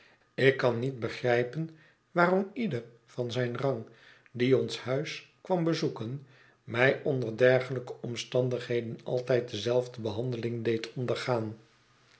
ik kan niet begrijpen waarom ieder van zijn rang die ons huis kwam bezoeken mij onder dergelijke omstandigheden altijd dezelfde behandeling deed ondergaan